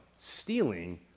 Stealing